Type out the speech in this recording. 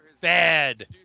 Bad